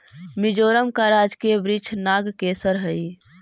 मिजोरम का राजकीय वृक्ष नागकेसर हई